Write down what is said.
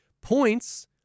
points